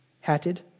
hatted